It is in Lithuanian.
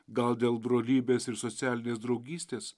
gal dėl brolybės ir socialinės draugystės